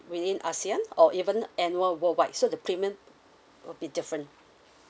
within in asean or even annual worldwide so the premium will be different